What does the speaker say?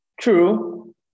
true